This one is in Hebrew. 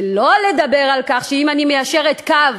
שלא לדבר על כך שאם אני מיישרת קו